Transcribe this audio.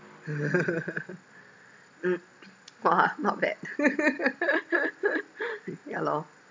mm !wah! not bad ya lor